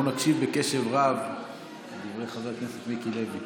אנחנו נקשיב בקשב רב לדברי חבר הכנסת מיקי לוי,